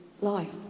life